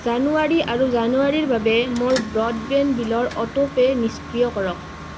জানুৱাৰী আৰু জানুৱাৰীৰ বাবে মোৰ ব্ৰডবেণ্ড বিলৰ অটোপে' নিষ্ক্ৰিয় কৰক